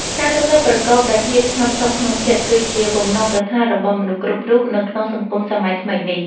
ការរស់នៅប្រកបដោយភាពស្ងប់សុខក្នុងចិត្តគឺជាបំណងប្រាថ្នារបស់មនុស្សគ្រប់រូបនៅក្នុងសង្គមសម័យថ្មីនេះ។